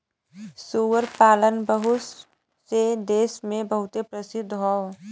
सूअर पालन बहुत से देस मे बहुते प्रसिद्ध हौ